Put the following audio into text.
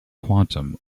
quantum